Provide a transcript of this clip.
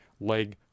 leg